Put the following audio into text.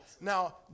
Now